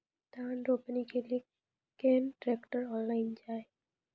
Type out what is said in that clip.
धान रोपनी के लिए केन ट्रैक्टर ऑनलाइन जाए?